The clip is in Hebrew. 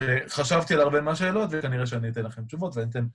חשבתי על הרבה מהשאלות, וכנראה שאני אתן לכם תשובות, ואתם...